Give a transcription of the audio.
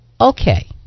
okay